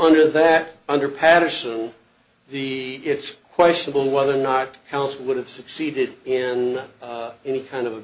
under that under paterson the it's questionable whether or not house would have succeeded in any kind of